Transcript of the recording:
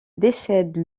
décède